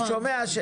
הוא שומע.